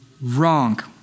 Wrong